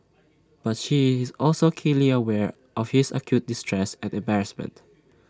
but she is also keenly aware of his acute distress and embarrassment